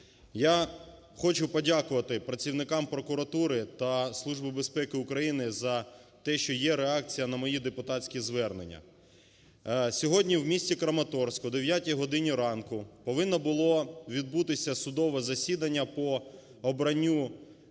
Я хочу подякувати працівникам прокуратури та Служби безпеки України за те, що є реакція на мої депутатські звернення. Сьогодні у місті Краматорську о 9 годині ранку повинно було відбутися судове засідання по обранню